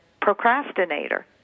procrastinator